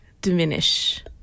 diminish